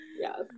Yes